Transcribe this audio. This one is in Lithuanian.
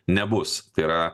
nebus tai yra